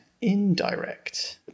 indirect